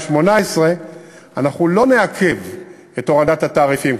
אנחנו לא נעכב את הורדת התעריפים,